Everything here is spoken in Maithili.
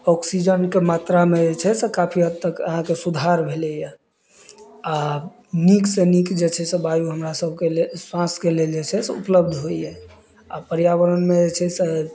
ऑक्सीजनके मात्रामे जे छै से काफी हद तक अहाँके सुधार भेलैया आ नीकसँ नीक जे छै से वायु हमरा सभके लेल स्वास्थ्यके लेल जे छै से उपलब्ध होइया आ पर्यावरणमे जे छै से